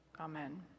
Amen